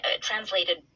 translated